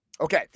Okay